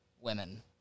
women